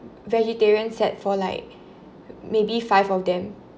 vegetarian set for like maybe five of them